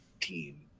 team